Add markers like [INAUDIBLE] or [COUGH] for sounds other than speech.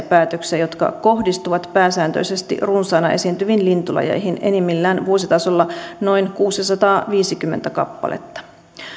[UNINTELLIGIBLE] päätöksiä jotka kohdistuvat pääsääntöisesti runsaana esiintyviin lintulajeihin enimmillään vuositasolla noin kuusisataaviisikymmentä kappaletta